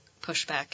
pushback